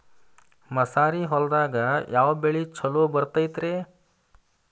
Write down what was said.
ಮಸಾರಿ ಹೊಲದಾಗ ಯಾವ ಬೆಳಿ ಛಲೋ ಬರತೈತ್ರೇ?